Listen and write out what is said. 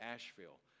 Asheville